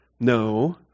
No